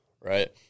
right